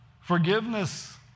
Forgiveness